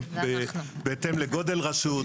בהתאם לגודל הרשות,